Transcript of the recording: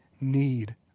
need